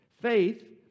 Faith